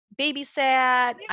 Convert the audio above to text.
babysat